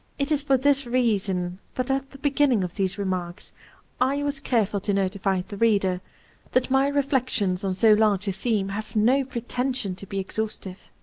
it is for this reason that at the beginning of these remarks i was care ful to notify the reader that my reflections on so large a theme have no pretension to be exhaustive.